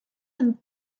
pan